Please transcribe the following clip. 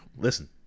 Listen